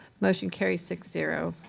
motion carries, six zero.